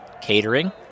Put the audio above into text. catering